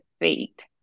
feet